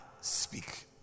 speak